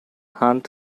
hunt